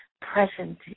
present